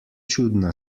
čudna